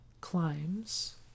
climbs